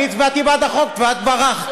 אני הצבעתי בעד החוק ואת ברחת.